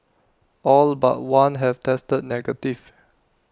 all but one have tested negative